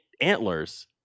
antlers